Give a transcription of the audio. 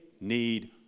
need